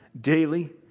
daily